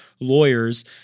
lawyers